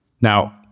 Now